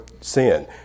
sin